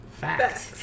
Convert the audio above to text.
Facts